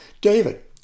David